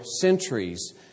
centuries